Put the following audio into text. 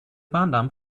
bahndamm